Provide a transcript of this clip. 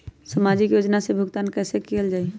सामाजिक योजना से भुगतान कैसे कयल जाई?